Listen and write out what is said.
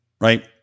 right